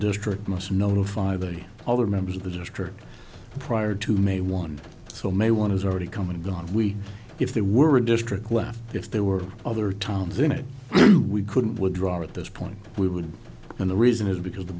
district must notify the other member the district prior to may one so may want is already come and gone we if there were a district left if there were other towns in it we couldn't would draw at this point but we would and the reason is because the